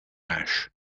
ash